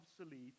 obsolete